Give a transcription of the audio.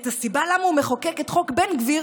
את הסיבה למה הוא מחוקק את חוק בן גביר